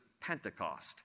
Pentecost